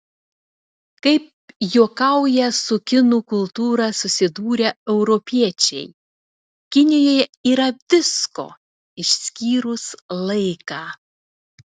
kaip juokauja su kinų kultūra susidūrę europiečiai kinijoje yra visko išskyrus laiką